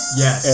yes